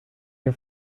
you